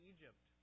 Egypt